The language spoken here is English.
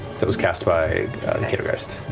that was cast by the caedogeist.